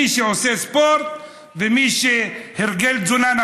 מי שעושה ספורט ומי שהרגלי התזונה שלו